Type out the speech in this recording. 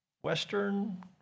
Western